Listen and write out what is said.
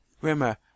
Remember